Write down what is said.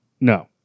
No